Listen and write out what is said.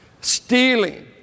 Stealing